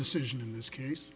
decision in this case